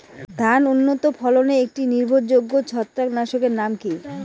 ধান উন্নত ফলনে একটি নির্ভরযোগ্য ছত্রাকনাশক এর নাম কি?